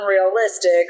unrealistic